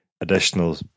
additional